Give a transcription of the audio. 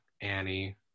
Annie